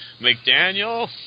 McDaniel